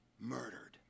murdered